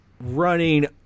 running